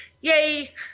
Yay